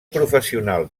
professional